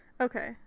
Okay